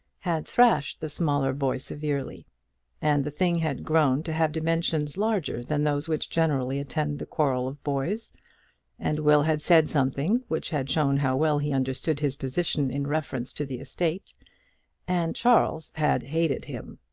had thrashed the smaller boy severely and the thing had grown to have dimensions larger than those which generally attend the quarrels of boys and will had said something which had shown how well he understood his position in reference to the estate and charles had hated him.